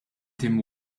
tim